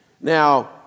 Now